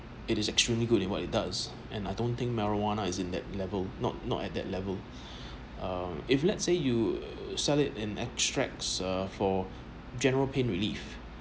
it is extremely good in what it does and I don't think marijuana is in that level not not at that level uh if let's say you sell it and extracts uh for general pain relief